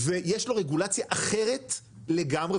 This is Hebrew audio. ויש לו רגולציה אחרת לגמרי.